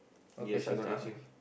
yes I gonna ask him